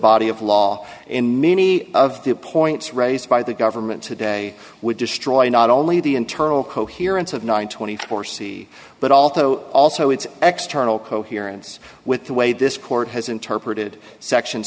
body of law in many of the points raised by the government today would destroy you not only the internal coherence of nine twenty four c but also also its ex turtle coherence with the way this court has interpreted section